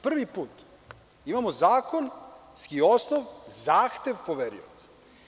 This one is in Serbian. Prvi put imamo zakonski osnov - zahtev poverioca.